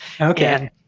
Okay